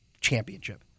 championship